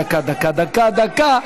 דקה, דקה.